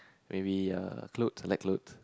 maybe a clothes like looks